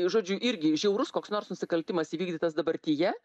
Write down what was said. žodžiu irgi žiaurus koks nors nusikaltimas įvykdytas dabartyje